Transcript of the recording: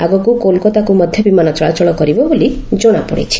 ଆଗକୁ କୋଲକାତାକୁ ମଧ୍ୟ ବିମାନ ଚଳାଚଳ କରିବ ବୋଲି ଜଣାପଡ଼ିଛି